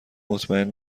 مطمئن